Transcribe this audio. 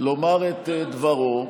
לומר את דברו.